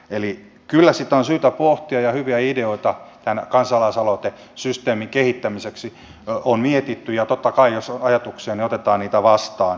eli kyllä sitä on syytä pohtia ja hyviä ideoita tämän kansalaisaloitesysteemin kehittämiseksi on mietitty ja totta kai jos on ajatuksia otetaan niitä vastaan